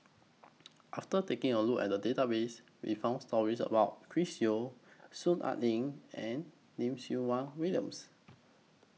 after taking A Look At The Database We found stories about Chris Yeo Soon Ai Ling and Lim Siew Wai Williams